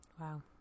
Wow